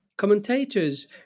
Commentators